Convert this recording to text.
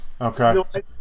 okay